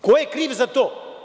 Ko je kriv za to?